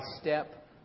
step